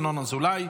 ינון אזולאי,